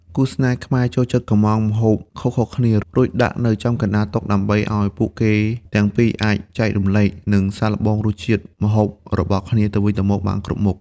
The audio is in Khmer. គូស្នេហ៍ខ្មែរចូលចិត្តកុម្ម៉ង់ម្ហូបខុសៗគ្នា រួចដាក់នៅចំកណ្ដាលតុ ដើម្បីឱ្យពួកគេទាំងពីរអាចចែករំលែក និងសាកល្បងរសជាតិម្ហូបរបស់គ្នាទៅវិញទៅមកបានគ្រប់មុខ។